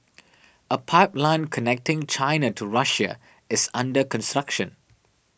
a pipeline connecting China to Russia is under